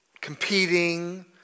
competing